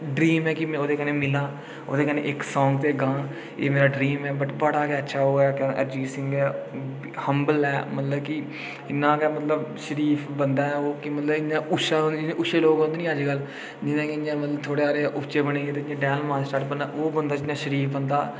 dream ऐ के में ओह्दे कन्नै मिलना ओह्दे कन्नै इक्क सांग ते गां एह् मेरा ड्रीम ऐ बट बड़ा गै अच्छा ओह् अरिजीत सिंह ऐ हम्बल ऐ मतलब के इ'न्ना गै मतलब शरीफ बंदा ऐ ओह् मतलब इं'या उच्छे लोक होंदे निं अजकल निं तां इं'या थोह्ड़े हारे डैह्ल मारदा बंदा ओओह् बंदा इ'न्ना शरीफ बंदा